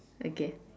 okay